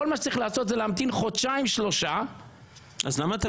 כל מה שצריך לעשות זה להמתין חודשיים-שלושה --- אז למה עם